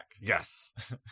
Yes